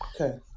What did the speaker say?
Okay